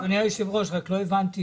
אדוני היושב ראש, לא הבנתי.